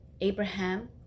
Abraham